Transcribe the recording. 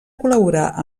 col·laborar